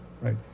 right